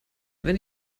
wenn